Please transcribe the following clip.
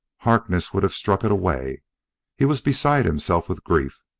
harkness would have struck it away he was beside himself with grief.